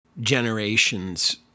generations